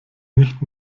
nicht